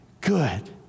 good